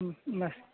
बाह